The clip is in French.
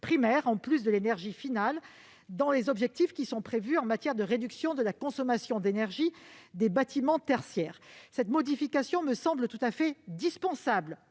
primaire en plus de l'énergie finale dans les objectifs de réduction de la consommation d'énergie des bâtiments tertiaires. Cette modification me semble tout à fait dispensable.